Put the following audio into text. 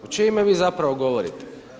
U čije ime vi zapravo govorite?